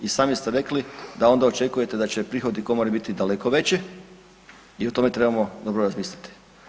I sami ste rekli da onda očekujete da će prihodi komore biti daleko veći i o tome trebamo dobro razmisliti.